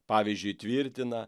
pavyzdžiui tvirtina